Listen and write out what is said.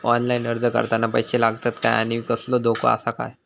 Online अर्ज करताना पैशे लागतत काय आनी कसलो धोको आसा काय?